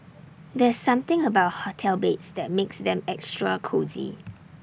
there's something about hotel beds that makes them extra cosy